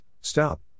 stop